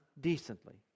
decently